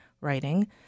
writing